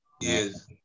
Yes